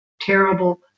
terrible